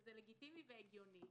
שזה לגיטימי והגיוני,